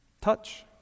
Touch